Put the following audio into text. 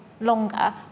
longer